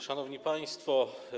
Szanowni Państwo!